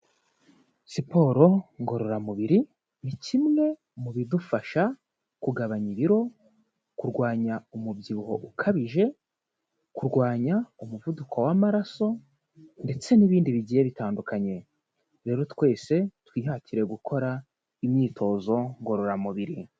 Siporo ngororamubiri ni kimwe mu bidufasha kugabanya ibiro, kurwanya umubyibuho ukabije, kurwanya umuvuduko w'amaraso ndetse n'ibindi bigiye bitandukanye rero twese twihatire gukora imyitozo ngororamubiri.